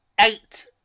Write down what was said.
eight